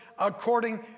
according